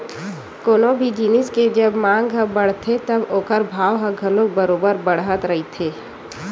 कोनो भी जिनिस के जब मांग ह बड़थे तब ओखर भाव ह घलो बरोबर बड़त रहिथे